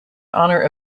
honor